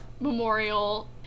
Memorial